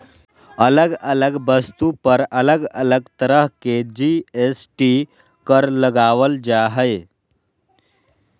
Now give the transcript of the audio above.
अलग अलग वस्तु पर अलग अलग तरह के जी.एस.टी कर लगावल जा हय